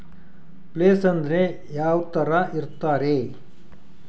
Place ಅಂದ್ರೆ ಯಾವ್ತರ ಇರ್ತಾರೆ?